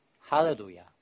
Hallelujah